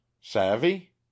Savvy